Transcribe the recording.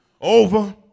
over